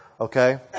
Okay